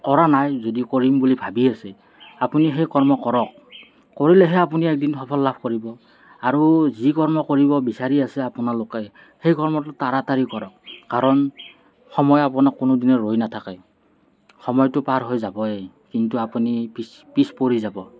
কৰা নাই যদি কৰিম বুলি ভাবি আছে আপুনি সেই কৰ্ম কৰক কৰিলেহে আপুনি একদিন সফল লাভ কৰিব আৰু যি কৰ্ম কৰিব বিচাৰি আছে আপোনালোকে সেই কৰ্মটো তাৰাতাৰি কৰক কাৰণ সময় আপোনাৰ কোনোদিন ৰৈ নাথাকে সময়টো পাৰ হৈ যাবই কিন্তু আপুনি পিছ পিছপৰি যাব